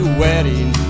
wedding